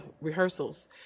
rehearsals